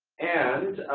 and